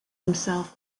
himself